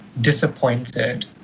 disappointed